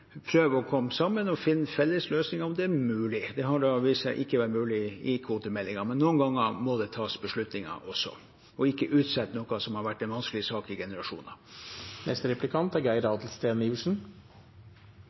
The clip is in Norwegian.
prøve å komme sammen og finne felles løsninger, om det er mulig. Det har da vist seg ikke å være mulig i kvotemeldingen, men noen ganger må man også ta beslutninger og ikke utsette noe som har vært en vanskelig sak i generasjoner.